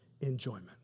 enjoyment